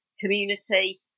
community